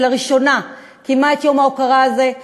שלראשונה קיימה את יום ההוקרה הזה,